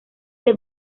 que